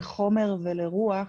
לחומר ולרוח,